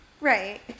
Right